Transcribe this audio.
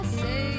say